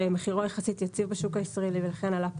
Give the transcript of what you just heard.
שמחירו יחסית יציב בשוק הישראלי ולכן עלה פחות,